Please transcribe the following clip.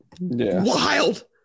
wild